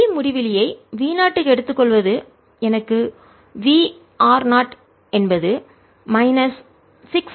V முடிவிலியை v 0 க்கு எடுத்துக் கொள்வது எனக்கு V r 0 என்பது மைனஸ் 6